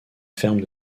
ferme